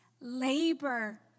labor